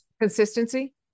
consistency